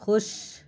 خوش